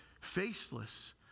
faceless